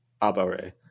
Abare